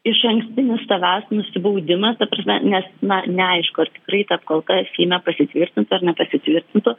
išankstinis savęs nusibaudimas ta prasme nes na neaišku ar tikrai ta apkalta seime pasitvirtins ar nepasitvirtintų